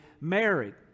married